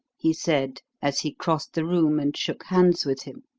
he said, as he crossed the room and shook hands with him.